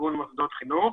ארגון מוסדות חינוך.